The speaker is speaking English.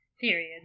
period